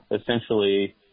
essentially